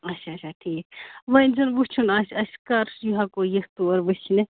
اچھا اچھا ٹھیٖک وۄنۍ زَن وٕچھُن آسہِ اَسہِ کر ہٮ۪کو یِتھ تور وٕچھنہِ